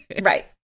Right